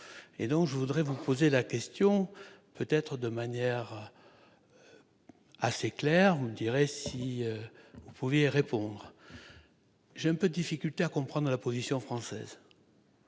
Je voudrais vous poser la question peut-être de manière assez directe, et vous me direz si vous pouvez y répondre. J'ai quelques difficultés à comprendre la position française.